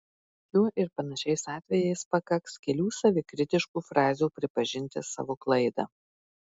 šiuo ir panašiais atvejais pakaks kelių savikritiškų frazių pripažinti savo klaidą